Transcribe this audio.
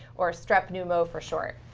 or strep pneumo for short.